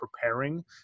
preparing